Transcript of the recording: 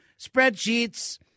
spreadsheets